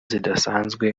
zidasanzwe